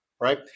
Right